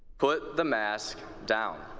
put the mask down.